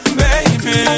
baby